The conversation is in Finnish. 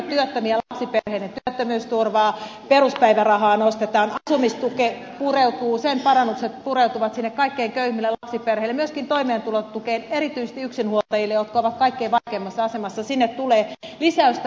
on erinomaista että työttömien lapsiperheiden työttömyysturvaa peruspäivärahaa nostetaan asumistuen parannukset pureutuvat sinne kaikkein köyhimmille lapsiperheille myöskin toimeentulotukeen erityisesti yksinhuoltajille jotka ovat kaikkein vaikeimmassa asemassa tulee lisäystä